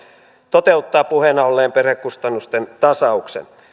toteuttaa puheena olleen perhekustannusten tasauksen